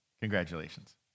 Congratulations